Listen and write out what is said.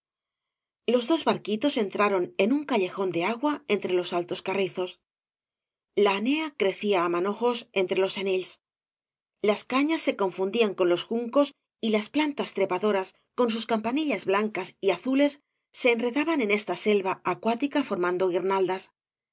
los dos barquitos entraron en un callejón de agua entre los altos carrizos la anea crecía manojos entre los senills las cañas se confundían con los juncos y las puntas trepadoras con sus ib v blasco ibákbz campanillas blancas y azules se enredaban en esta selva acuática formando guirnaldas